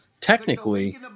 technically